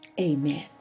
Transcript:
amen